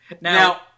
now